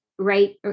right